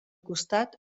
costat